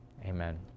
Amen